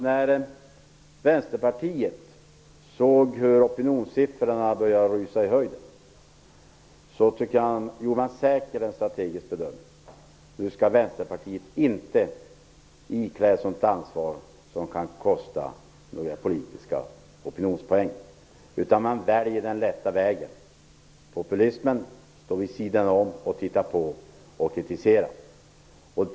När Vänsterpartiet såg hur opinionssiffrorna började rusa i höjden, gjorde man säkert en strategisk bedömning. Nu skulle Vänsterpartiet inte iklä sig ett sådant ansvar som kan kosta några politiska opinionspoäng. Man väljer den lätta vägen, populismen, står vid sidan av, tittar på och kritiserar.